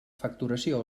facturació